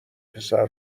پسر